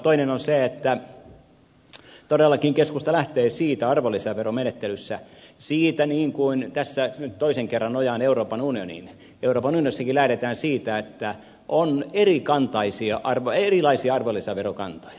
toinen on se että todellakin keskusta lähtee siitä arvonlisäveromenettelyssä niin kuin tässä nyt toisen kerran nojaan euroopan unioniin euroopan unionissakin lähdetään siitä että on erilaisia arvonlisäverokantoja